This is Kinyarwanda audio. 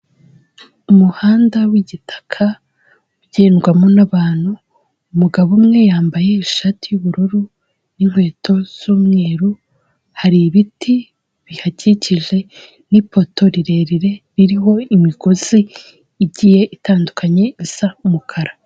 Umuhanda w'igitaka ugendwamo n'abantu umugabo umwe yambaye ishati y'ubururu n'inkweto z'umweru, hari ibiti bihakikije n'ipoto rirerire ririho imigozi igiye itandukanye isa umukara.